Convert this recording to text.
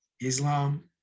Islam